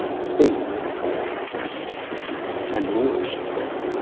spain is all that cathy had pictured it and more, she says.